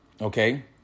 okay